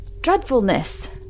dreadfulness